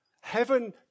Heaven